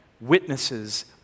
witnesses